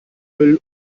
müll